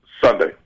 Sunday